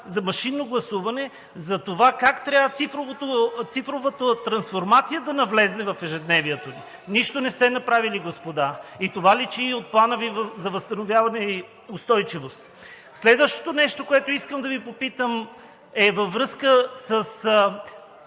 за машинно гласуване и за това как трябва цифровата трансформация да навлезе в ежедневието? Нищо не сте направили, господа, и това личи от Плана Ви за възстановяване и устойчивост. Следващото нещо, което искам да Ви попитам, е във връзка с